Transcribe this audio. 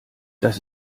das